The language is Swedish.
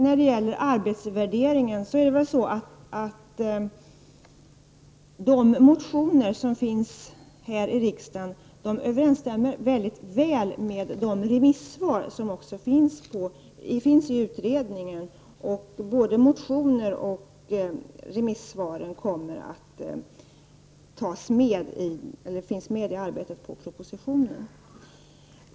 När det gäller arbetsvärderingen överensstämmer motionerna här i riksdagen mycket väl med remissvaren i utredningen. Både motioner och remissvar finns med i arbetet på propositionen.